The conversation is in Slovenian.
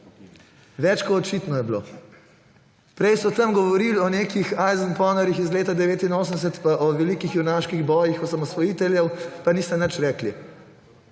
Več kot očitno je bilo. Prej so tam govorili o nekih ajzenponarjih iz leta 1989 in o velikih junaških bojih osamosvojiteljev, pa niste nič rekli.